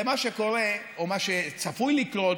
למה שקורה או למה שצפוי לקרות